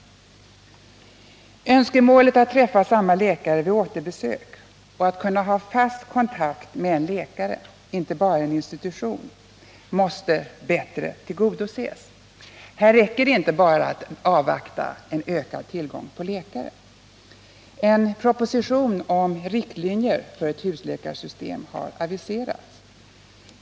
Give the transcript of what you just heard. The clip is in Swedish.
Önskemålet att träffa samma läkare vid återbesök och att kunna ha fast kontakt med en läkare — inte bara en institution — måste bättre tillgodoses. Här räcker det inte enbart att avvakta en ökad tillgång på läkare. En proposition om riktlinjer för ett husläkarsystem har aviserats.